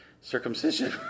circumcision